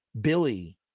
billy